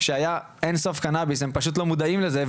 היה אינסוף קנאביס והם פשוט לא מודעים לזה,